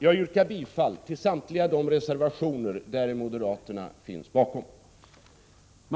Jag yrkar bifall till samtliga de reservationer som moderaterna står bakom.